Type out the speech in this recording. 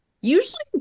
usually